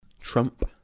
Trump